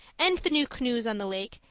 and the new canoes on the lake,